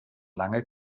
lange